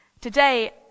Today